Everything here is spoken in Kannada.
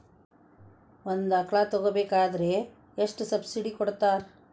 ಒಂದು ಆಕಳ ತಗೋಬೇಕಾದ್ರೆ ಎಷ್ಟು ಸಬ್ಸಿಡಿ ಕೊಡ್ತಾರ್?